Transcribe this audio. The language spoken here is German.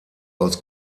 aus